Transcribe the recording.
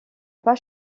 pas